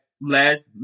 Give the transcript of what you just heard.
last